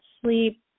sleep